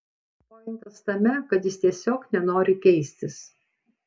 pointas tame kad jis tiesiog nenori keistis